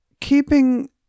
keeping